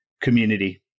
community